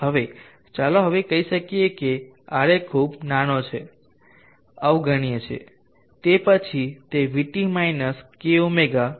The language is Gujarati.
હવે ચાલો કહી શકીએ કે Ra ખૂબ નાનો છે અવગણ્ય છે તે પછી તે vt માઈનસ kɷ અથવા vt માઈનસ eb છે